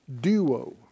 duo